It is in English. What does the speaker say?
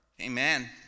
Amen